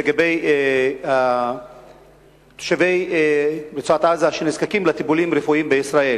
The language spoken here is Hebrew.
לגבי תושבי רצועת-עזה שנזקקים לטיפולים רפואיים בישראל: